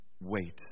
wait